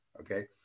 okay